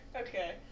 Okay